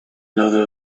another